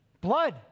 Blood